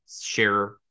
share